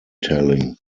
telling